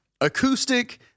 acoustic